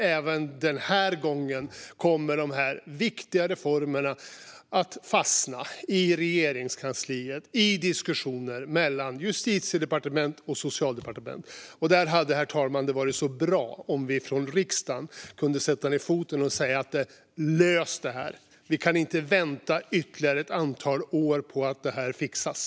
Även denna gång kan de viktiga reformerna fastna i Regeringskansliet, i diskussioner mellan Justitiedepartementet och Socialdepartementet. Det hade varit bra, herr talman, om vi från riksdagen hade kunnat sätta ned foten och säga: Lös detta! Vi kan inte vänta ytterligare ett antal år på att det ska fixas.